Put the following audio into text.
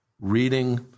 reading